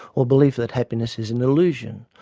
or believe that happiness is an illusion,